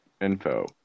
info